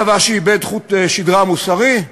צבא שאיבד חוט-שדרה מוסרי?